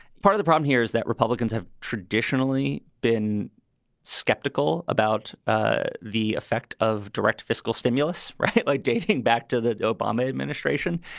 part of the problem here is that republicans have traditionally been skeptical about ah the effect of direct fiscal stimulus. right. like dating back to that obama administration,